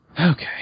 Okay